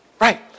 Right